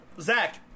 Zach